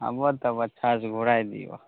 आबऽ तब अच्छा सऽ घूराय दिअ